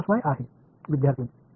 minus 1 சரிதானே